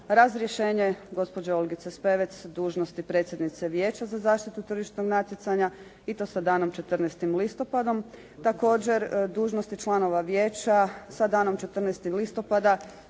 razrješenje gospođe Olgice Spevec s dužnosti predsjednice Vijeća zaštitu tržišnog natjecanja i to sa danom 14. listopadom. Također dužnosti članova Vijeća sa danom 14. listopada,